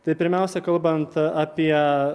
tai pirmiausia kalbant apie